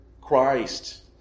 Christ